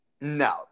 No